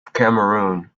cameroon